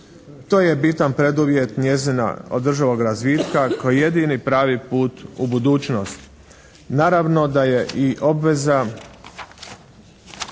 To je bitan preduvjet njezina održivog razvitka koji je jedini pravi put u budućnost. Naravno da je i obveza